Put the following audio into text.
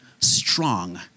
strong